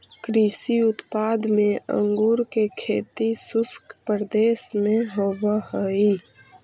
कृषि उत्पाद में अंगूर के खेती शुष्क प्रदेश में होवऽ हइ